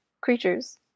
creatures